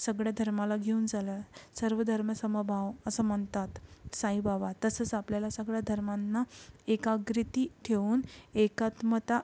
सगळया धर्माला घेऊन चला सर्व धर्मसमभाव असं म्हणतात साईबाबा तसंच आपल्याला सगळ्या धर्मांना एकाग्रिती ठेवून एकात्मता